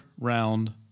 round